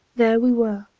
there we were,